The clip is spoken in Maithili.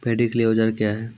पैडी के लिए औजार क्या हैं?